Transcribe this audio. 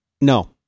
No